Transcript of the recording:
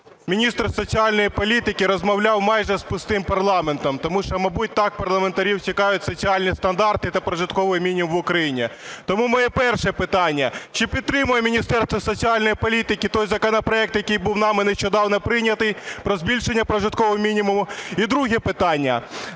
міністр соціальної політики розмовляв майже з пустим парламентом, тому що, мабуть, так парламентарів цікавлять соціальні стандарти та прожитковий мінімум в Україні. Тому моє перше питання. Чи підтримує Міністерство соціальної політики той законопроект, який був нами нещодавно прийнятий, про збільшення прожиткового мінімуму? І друге питання